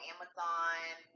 Amazon